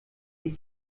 die